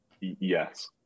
yes